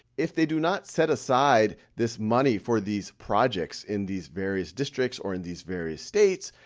if they do not set aside this money for these projects in these various districts or in these various states,